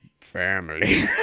family